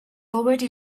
already